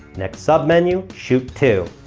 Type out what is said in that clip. next sub menu. shoot two.